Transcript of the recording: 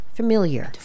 familiar